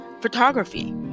photography